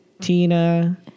Tina